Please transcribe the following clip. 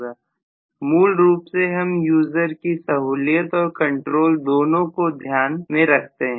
हम किसी कार में नहीं पूछ सकते मूल रूप से हम यूजर की सहूलियत और कंट्रोल दोनों का ध्यान रख रहे हैं